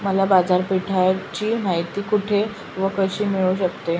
मला बाजारपेठेची माहिती कुठे व कशी मिळू शकते?